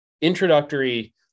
introductory